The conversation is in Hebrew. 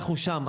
אנחנו שם.